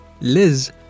Liz